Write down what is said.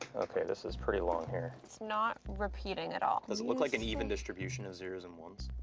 okay, this is pretty long here. it's not repeating at all. does it look like an even distribution of zeros and ones?